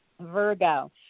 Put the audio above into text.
Virgo